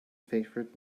favorite